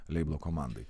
leiblo komandai